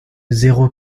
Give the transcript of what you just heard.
zéro